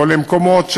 או למקומות,